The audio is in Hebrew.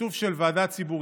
שיתוף של ועדה ציבורית.